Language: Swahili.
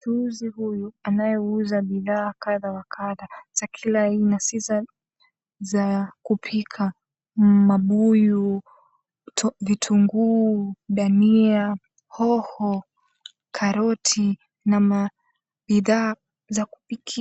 Mchuuzi huyu anayeuza bidhaa kadha wa kadha za kila aina si za kupika; mabuyu, vitunguu, dania, hoho, karoti na mabidhaa za kupikia.